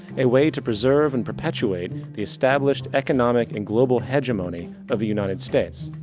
a way to preserve and perpetuate the established economic and global hegemony of the united states.